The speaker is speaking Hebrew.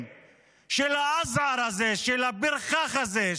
של (אומר בערבית ומתרגם:) של הפרחח הזה,